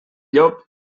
llop